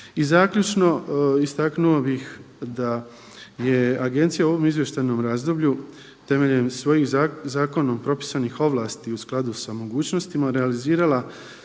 I zaključno istaknuo bih da je Agencija u ovom izvještajnom razdoblju temeljem svojih zakonom propisanih ovlasti u skladu sa mogućnostima realizirala